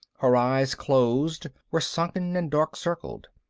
her eyes, closed, were sunken and dark-circled.